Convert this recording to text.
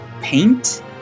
paint